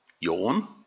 Yawn